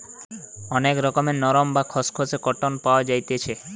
অনেক রকমের নরম, বা খসখসে কটন পাওয়া যাইতেছি